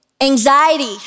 anxiety